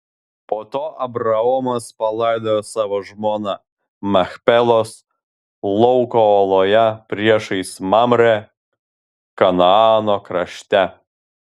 po to abraomas palaidojo savo žmoną machpelos lauko oloje priešais mamrę kanaano krašte